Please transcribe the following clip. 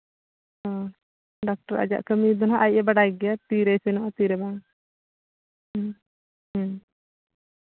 ᱦᱮᱸ ᱰᱟᱠᱛᱚᱨ ᱟᱡᱟᱜ ᱠᱟᱹᱢᱤ ᱫᱚ ᱦᱟᱸᱜ ᱟᱡ ᱮ ᱵᱟᱰᱟᱭ ᱜᱮᱭᱟ ᱛᱤᱨᱮᱭ ᱥᱮᱱᱚᱜᱼᱟ ᱛᱤᱨᱮ ᱵᱟᱝ ᱦᱮᱸ ᱦᱮᱸ